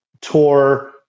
tour